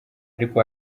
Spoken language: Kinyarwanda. ariko